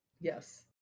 Yes